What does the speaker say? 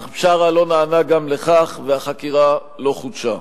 אך בשארה לא נענה גם לכך והחקירה לא חודשה.